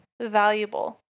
valuable